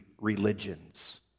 religions